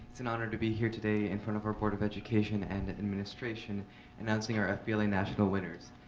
it's an honor to be here today in front of our board of education and administration announcing our fbla national winners.